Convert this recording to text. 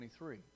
23